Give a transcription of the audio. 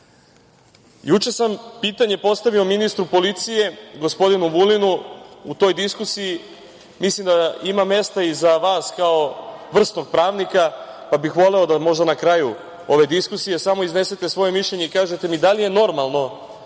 sam pitanje postavio ministru policije, gospodinu Vulinu. U toj diskusiji mislim da ima mesta i za vas, kao vrsnog pravnika, pa bih voleo da možda na kraju ove diskusije samo iznete svoje mišljenje i kažete mi da li je normalno